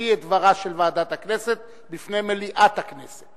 המביא את דברה של ועדת הכנסת לפני מליאת הכנסת.